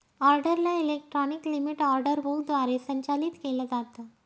ऑर्डरला electronic limit order book द्वारे संचालित केलं जातं